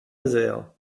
nazaire